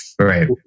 Right